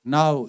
Now